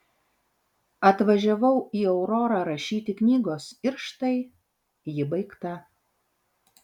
atvažiavau į aurorą rašyti knygos ir štai ji baigta